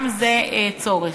גם זה צורך.